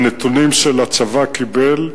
הנתונים שהצבא קיבל,